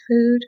food